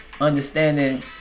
Understanding